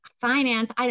finance